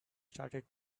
started